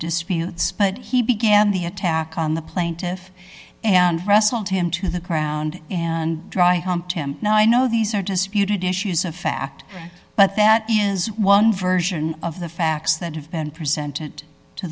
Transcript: disputes but he began the attack on the plaintiff and wrestled him to the ground and dry hump him now i know these are disputed issues of fact but that is one version of the facts that have been presented to